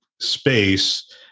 space